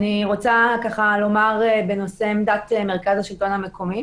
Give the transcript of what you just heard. אני רוצה לומר בנושא את עמדת מרכז השלטון המקומי.